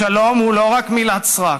השלום הוא לא רק מילת סרק,